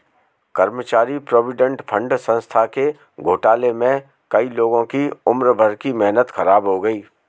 कर्मचारी provident fund संस्था के घोटाले में कई लोगों की उम्र भर की मेहनत ख़राब हो गयी